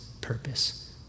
purpose